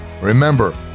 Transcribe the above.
remember